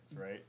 right